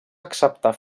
acceptar